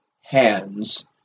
hands